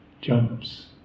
jumps